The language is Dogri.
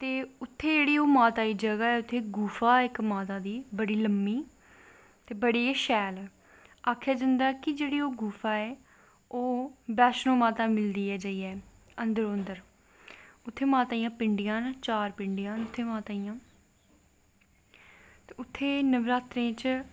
ते उत्थें जेह्ड़ी जगाह् उत्थें इक गुफा ऐ माता दी बड़ी लम्मी ते बड़ी गै शैल आक्खेआ जंदा ऐ ओह् गुफा जेह्ड़ी बैष्णो माता मिलदी ऐ जाइयै अन्दरो अन्दर उत्थें माता दियां भिंडियां न चार पिंडियां न उत्थें नवरात्रें च